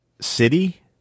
City